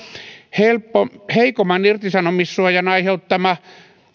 heikomman irtisanomissuojan aiheuttama